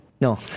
no